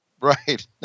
right